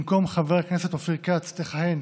במקום חבר הכנסת אופיר כץ תכהן